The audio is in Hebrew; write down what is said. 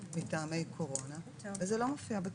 מטעמי קורונה וזה לא מופיע בתקנות.